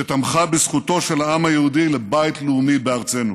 שתמכה בזכותו של העם היהודי לבית לאומי בארצנו.